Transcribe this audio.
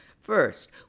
First